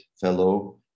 fellow